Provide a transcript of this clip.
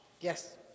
Yes